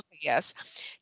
yes